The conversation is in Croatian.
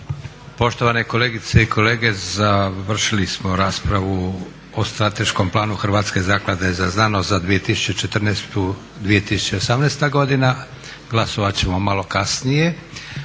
Poštovane kolegice i kolege, završili smo raspravu o Strateškom planu Hrvatske zaklade za znanost za 2014./2018. godina. Glasovat ćemo malo kasnije.